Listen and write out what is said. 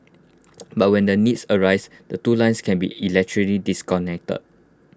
but when the needs arises the two lines can be electrically disconnected